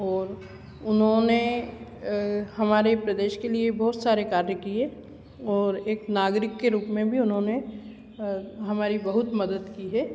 और उन्होंने हमारे प्रदेश के लिए बहुत सारे कार्य किए और एक नागरिक के रूप में भी उन्होंने हमारी बहुत मदद की है